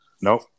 nope